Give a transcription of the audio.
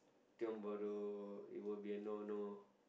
Tiong-Bahru it will be a no no